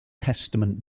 testament